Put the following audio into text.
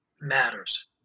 matters